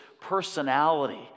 personality